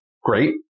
great